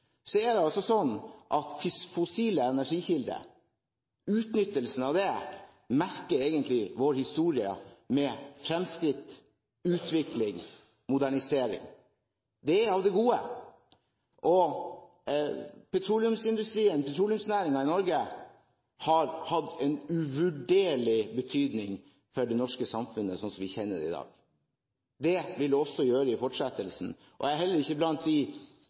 er altså sånn at fossile energikilder – utnyttelsen av det – merker vår historie med fremskritt, utvikling og modernisering. Det er av det gode. Petroleumsindustrien og petroleumsnæringen i Norge har hatt en uvurderlig betydning for det norske samfunn slik vi kjenner det i dag. Det vil den også ha i fortsettelsen. Jeg er heller ikke blant